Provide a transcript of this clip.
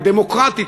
הדמוקרטית,